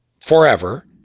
forever